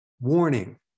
Warning